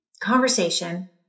conversation